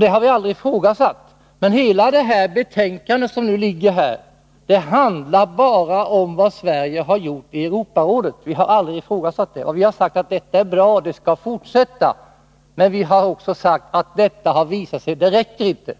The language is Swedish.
Vi har aldrig ifrågasatt dessa insatser. Men hela det här betänkandet handlar bara om vad Sverige har gjort i Europarådet. Vi har aldrig ifrågasatt Sveriges agerande där. Vi har sagt att det är bra och att vi skall fortsätta. Men vi har också sagt att det har visat sig att detta inte räcker,